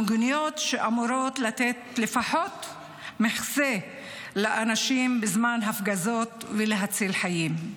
המיגוניות אמורות לתת מחסה לאנשים בזמן הפגזות ולהציל חיים.